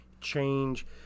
change